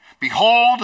Behold